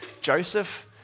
Joseph